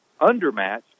undermatched